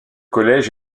collège